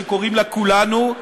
שקוראים לה כולנו,